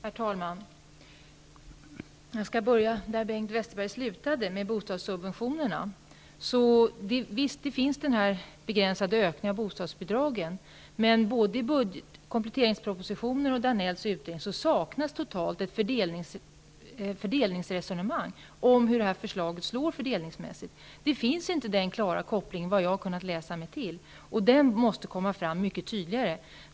Herr talman! Jag skall börja där Bengt Westerberg slutade, med bostadssubventionerna. Visst finns den begränsade ökningen av bostadsbidragen, men både i kompletteringspropositionen och i Georg Danells utredning saknas totalt ett fördelningsresonemang om hur förslaget slår fördelningsmässigt. Jag har inte kunnat läsa mig till att det finns en klar koppling. Denna måste komma fram mycket tydligare.